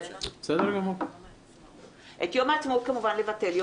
את המליאה ביום העצמאות, יום רביעי, כמובן, לבטל.